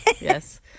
yes